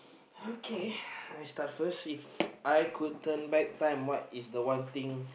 okay I start first If I could turn back time what is the one thing